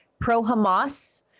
Pro-Hamas